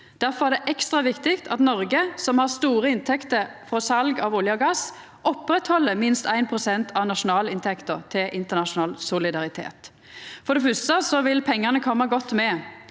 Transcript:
Difor er det ekstra viktig at Noreg, som har store inntekter frå sal av olje og gass, opprettheld minst 1 pst. av nasjonalinntekta til internasjonal solidaritet. For det første vil pengane koma godt med.